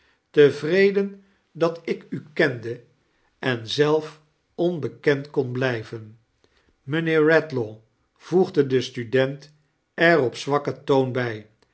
tevreden dat ik u kende en zelf onbekend kon blijven mijnheer bedlaw voegde de student er op zwakken toon bij